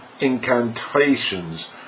incantations